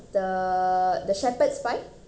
the the shepherd's pie